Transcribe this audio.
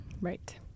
Right